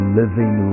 living